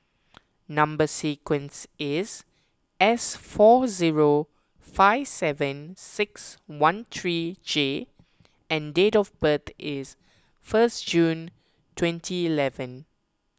Number Sequence is S four zero five seven six one three J and date of birth is first June twenty eleven